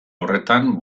horretan